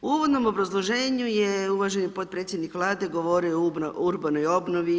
U uvodnom obrazloženju je uvaženi potpredsjednik Vlade govorio o urbanoj obnovi,